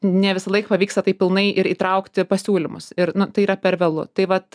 ne visąlaik pavyksta taip pilnai ir įtraukti pasiūlymus ir tai yra per vėlu tai vat